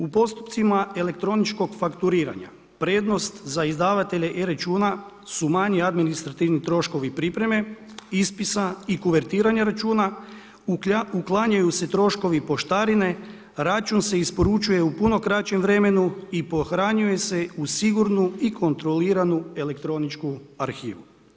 U postupcima elektroničkog fakturiranja, prednost za izdavatelje e-računa su manji administrativni troškovi pripreme, ispisa i kuvertiranja računa, uklanjaju se troškovi poštarine, račun se isporučuje u puno kraćem vremenu i pohranjuje se u sigurnu i kontroliranu elektroničku arhivu.